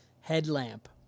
headlamp